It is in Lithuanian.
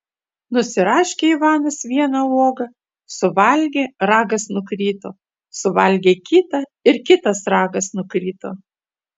nusiraškė ivanas vieną uogą suvalgė ragas nukrito suvalgė kitą ir kitas ragas nukrito